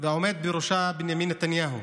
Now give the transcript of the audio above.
והעומד בראשה, בנימין נתניהו,